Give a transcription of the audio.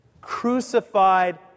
crucified